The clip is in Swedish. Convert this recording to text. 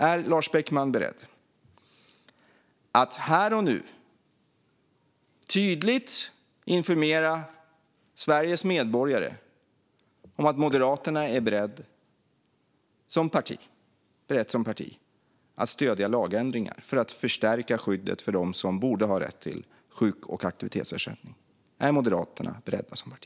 Är Lars Beckman beredd att här och nu tydligt informera Sveriges medborgare om att Moderaterna är beredda som parti att stödja lagändringar för att förstärka skyddet för dem som borde ha rätt till sjuk och aktivitetsersättning? Är Moderaterna som parti beredda att göra det?